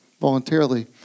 voluntarily